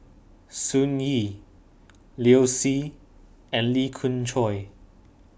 Sun Yee Liu Si and Lee Khoon Choy